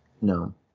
No